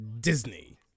Disney